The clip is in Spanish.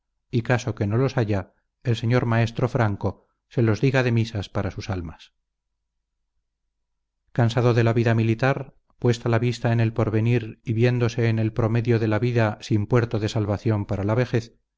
y caso que no los haya el señor maestro franco se los diga de misas para sus almas cansado de la vida militar puesta la vista en el porvenir y viéndose en el promedio de la vida sin puerto de salvación para la vejez